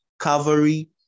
cavalry